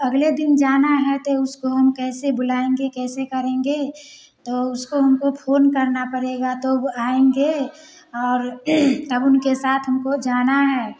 अगले दिन जाना है तो उसको हम कैसे बुलाएँगे कैसे करेंगे तो उसको हमको फोन करना पड़ेगा तो वह आएँगे और अब उनके साथ हमको जाना है